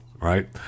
right